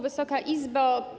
Wysoka Izbo!